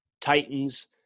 Titans